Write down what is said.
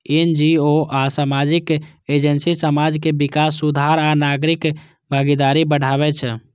NGO आ सामाजिक agency समाज के विकास, सुधार आ नागरिक भागीदारी बढ़ाबै छै